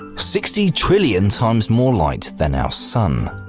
sixty trillion times more light than our sun.